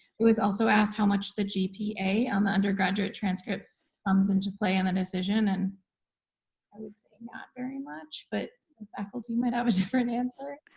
it was also asked how much the gpa on the undergraduate transcript comes into play on a decision. and i would say not very much but faculty might have a different answer.